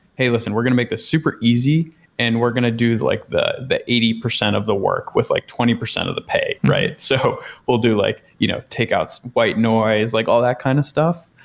hey, listen. we're going to make this super easy and we're going to do like the the eighty percent of the work with like twenty percent of the pay. so we'll do like you know take out white noise, like all that kind of stuff,